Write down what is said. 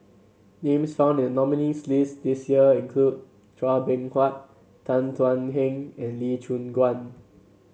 names found in the nominees' list this year include Chua Beng Huat Tan Thuan Heng and Lee Choon Guan